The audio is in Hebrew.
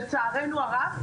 לצערנו הרב,